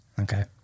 Okay